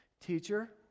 Teacher